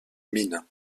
mine